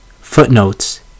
Footnotes